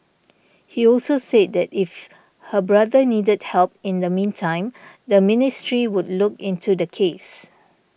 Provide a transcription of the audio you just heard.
he also said that if her brother needed help in the meantime the ministry would look into the case